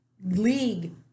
league